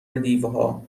دیوها